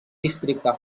districte